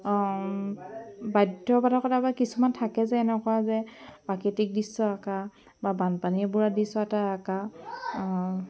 বাধ্য বাধ্যকতা বা থাকে যে এনেকুৱা যে প্ৰাকৃতিক দৃশ্য আঁকা বা বানপানীৰে বুৰা দৃশ্য এটা আঁকা